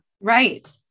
Right